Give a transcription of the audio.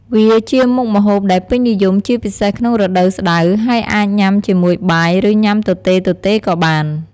វាជាមុខម្ហូបដែលពេញនិយមជាពិសេសក្នុងរដូវស្តៅ ហើយអាចញ៉ាំជាមួយបាយ ឬញ៉ាំទទេៗក៏បាន។